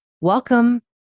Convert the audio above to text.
welcome